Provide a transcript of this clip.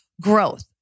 growth